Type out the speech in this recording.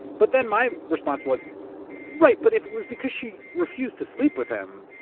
but then my response was right, but if it was because she refused to sleep with him,